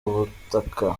ubutaka